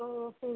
ओ ठीक